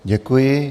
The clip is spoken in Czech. Děkuji.